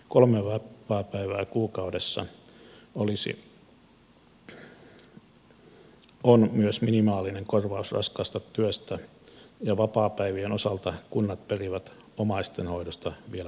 kolme vapaapäivää kuukaudessa on myös minimaalinen korvaus raskaasta työstä ja vapaapäivien osalta kunnat perivät omaisten hoidosta vieläpä maksun